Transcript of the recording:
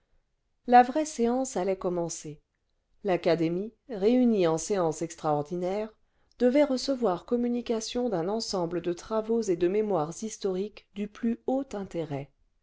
la vraie séance allait commencer l'académie réunie en séance extraordinaire devait recevoir communication d'un ensemble de travaux et de mémoires historiques du plus haut intérêt